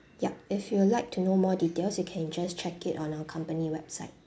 yup if you'd like to know more details you can just check it on our company website